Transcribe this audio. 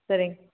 சரிங்க